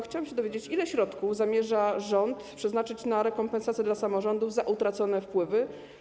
Chciałabym się dowiedzieć, ile środków rząd zamierza przeznaczyć na rekompensatę dla samorządów za utracone wpływy.